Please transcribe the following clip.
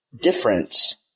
difference